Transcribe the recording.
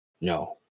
No